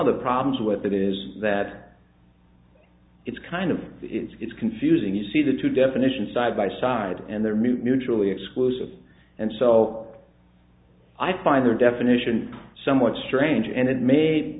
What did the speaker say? of the problems with it is that it's kind of it's confusing you see the two definitions side by side and their move mutually exclusive and so i find their definition somewhat strange and it may